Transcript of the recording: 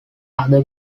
other